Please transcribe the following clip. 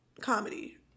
comedy